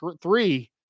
three